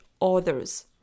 others